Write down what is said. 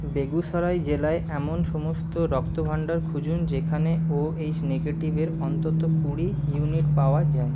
বেগুসরাই জেলায় এমন সমস্ত রক্তভাণ্ডার খুঁজুন যেখানে ও এইচ নেগেটিভের অন্তত কুড়ি ইউনিট পাওয়া যায়